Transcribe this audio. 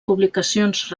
publicacions